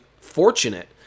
fortunate